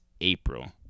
April